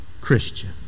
Christian